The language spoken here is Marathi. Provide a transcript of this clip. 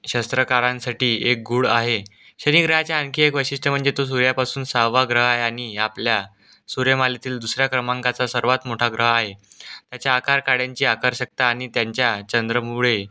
शास्त्रकारांसाठी एक गूढ आहे शनिग्रहाचे आणखी एक वैशिष्ट्य म्हणजे तो सूर्यापासून सहावा ग्रह आहे आणि आपल्या सूर्यमालेतील दुसऱ्या क्रमांकाचा सर्वात मोठा ग्रह आहे त्याच्या आकार काड्यांची आकर्षकता आणि त्यांच्या चंद्रामुळे